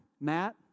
Matt